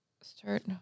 Start